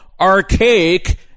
archaic